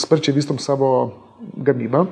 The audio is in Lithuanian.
sparčiai vystėm savo gamybą